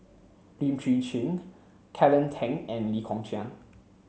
Lim Chwee Chian Kelly Tang and Lee Kong Chian